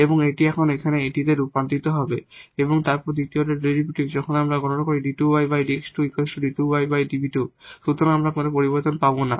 এবং এটি এখন রূপান্তরিত হবে এবং তারপর দ্বিতীয় অর্ডার ডেরিভেটিভ যখন আমরা গণনা করি সুতরাং আমরা কোন পরিবর্তন পাব না